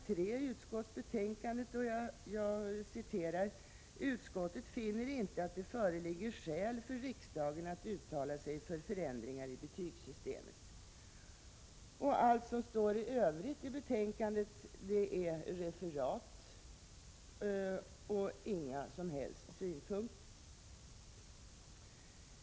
3i betänkandet står: ”Utskottet finner inte att det föreligger skäl för riksdagen att uttala sig för förändringar i betygssystemet---.” Allt som står i övrigt i betänkandet är referat, och man anför inga som helst synpunkter.